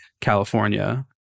California